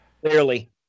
Clearly